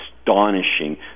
astonishing